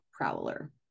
prowler